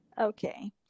okay